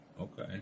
okay